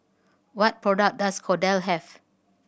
what product does Kordel have